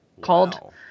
called